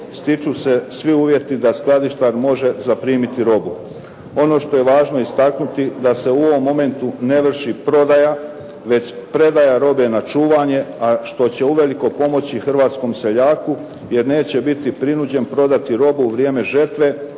stiču se svi uvjeti da skladištar može zaprimiti robu. Ono što je važno istaknuti da je u ovom momentu ne vrši prodaja, već predaja robe na čuvanje, a što će uvelike pomoći hrvatskom seljaku, jer neće biti prinuđen prodati robu u vrijeme žetve